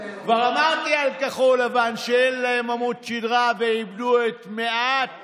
כבר אמרתי על כחול לבן שאין להם עמוד שדרה והם איבדו את מעט